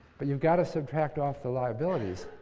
but you've got to subtract off the liabilities.